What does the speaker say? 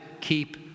keep